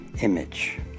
image